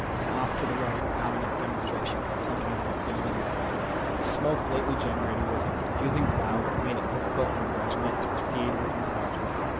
and off to the right an ominous demonstration could sometimes be dimly discerned. the smoke lately generated was in confusing clouds that made it difficult for the regiment to proceed with intelligence.